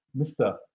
Mr